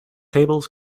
tables